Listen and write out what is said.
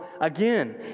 again